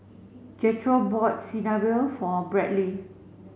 Jethro bought Chigenabe for Bradley